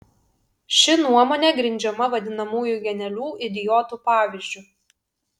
ši nuomonė grindžiama vadinamųjų genialių idiotų pavyzdžiu